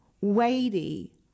weighty